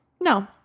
No